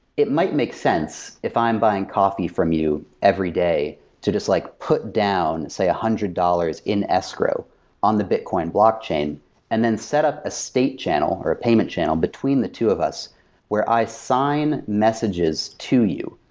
it might make sense if i'm buying coffee from you every day to just like put down, say, one ah hundred dollars in escrow on the bitcoin blockchain and then set up a state channel, or a payment channel between the two of us where i sign messages to you.